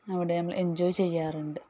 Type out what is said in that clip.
അവിടേയും എൻജോയ് ചെയ്യാറുണ്ട്